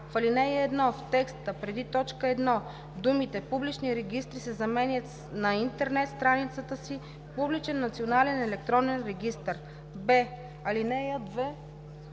ал. 1, в текста преди т. 1 думите „публични регистри“ се заменят с „на интернет страницата си публичен национален електронен регистър“; б)алинеи 2,